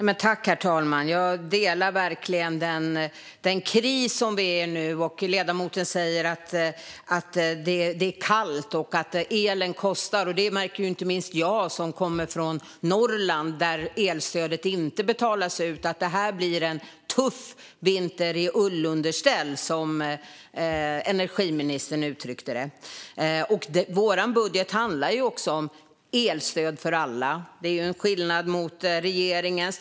Herr talman! Jag delar verkligen bilden av den kris som vi är i nu. Ledamoten säger att det är kallt och att elen kostar. Det märker inte minst jag som kommer från Norrland, där elstödet inte betalas ut. Detta blir en tuff vinter i ullunderställ, som energiministern uttryckte det. Vår budget handlar också om elstöd för alla. Det är en skillnad mot regeringens.